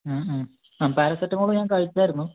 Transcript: ആ പാരാസെറ്റമോള് ഞാൻ കഴിച്ചായിരുന്നു